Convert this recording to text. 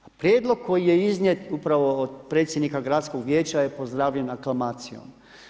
A prijedlog koji je iznijet upravo od predsjednika gradskog vijeća je pozdravljen aklamacijom.